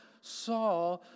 saw